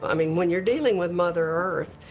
i mean when you're dealing with mother earth,